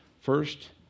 First